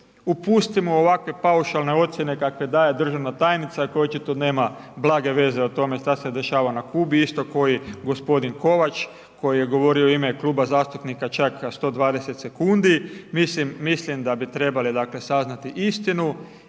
upustimo u ovakve paušalne ocjene kakve daje državna tajnica koja očito nema blage veze o tome šta se dešava na Kubi isto ko i gospodin Kovač, koji je govorio u ime kluba zastupnika čak 120 sekundi, mislim, mislim da bi trebali dakle saznati istinu